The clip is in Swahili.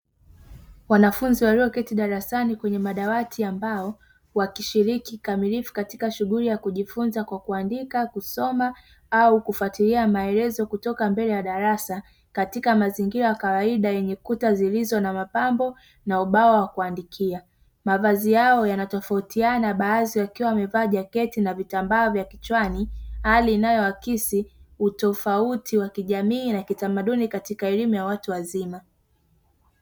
Wanafunzi walioketi darasani kwenye madawati ambao wakishiriki kikamilifu katika shughuli ya kujifunza kwa: kuandika, kusoma au kufuatilia maelezo kutoka mbele ya darasa; katika mazingira ya kawaida yenye kuta zilizo na mapambo na ubao wa kuandikia. Mavazi yao yana tofautiana baadhi wakiwa wamevaa jaketi na vitambaa vya kichwani, hali inayoakisi utofauti wa kijamii na kitamaduni katika elimu ya watu wazima.